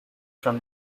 from